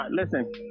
listen